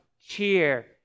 cheer